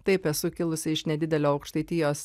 taip esu kilusi iš nedidelio aukštaitijos